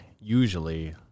usually